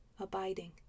Abiding